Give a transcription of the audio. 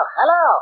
hello